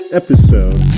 episode